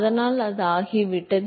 அதனால் அது ஆகிவிட்டது